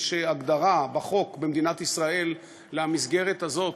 יש הגדרה בחוק במדינת ישראל למסגרת הזאת.